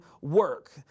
work